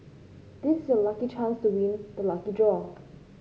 this is your lucky chance to win the lucky draw